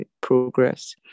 progress